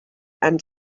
and